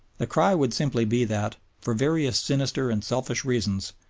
the cry would simply be that, for various sinister and selfish reasons,